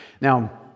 Now